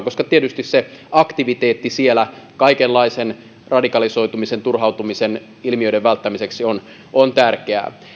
koska tietysti aktiviteetti siellä kaikenlaisen radikalisoitumisen turhautumisen ilmiöiden välttämiseksi on on tärkeää